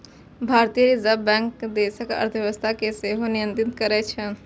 भारतीय reserve bank देशक अर्थव्यवस्था कें सेहो नियंत्रित करै छै